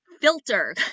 filter